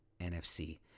NFC